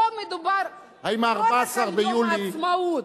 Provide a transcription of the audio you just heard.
פה מדובר, האם ה-14 ביולי, ביום העצמאות.